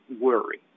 worry